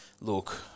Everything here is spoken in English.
look